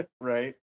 Right